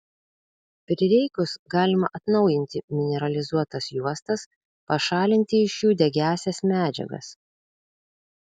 prireikus galima atnaujinti mineralizuotas juostas pašalinti iš jų degiąsias medžiagas